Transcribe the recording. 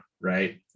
right